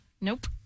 Nope